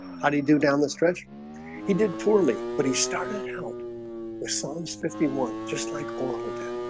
how do you do down the stretch he did poorly but he started out with songs fifty one just like oral did